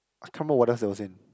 I can't remember what else there was in